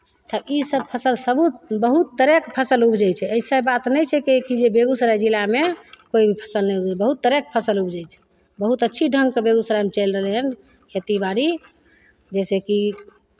तऽ ईसभ फसल सबूत बहुत तरह के फसल उपजै छै अइसे बात नहि छै कि जे बेगूसराय जिलामे कोइ भी फसल नहि उपजै बहुत तरहके फसल उपजै छै बहुत अच्छी ढङ्गके बेगूसरायमे चलि रहलै हन खेती बाड़ी जैसेकि